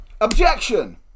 Objection